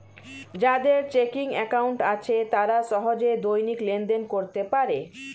যাদের checking account আছে তারা সহজে দৈনিক লেনদেন করতে পারে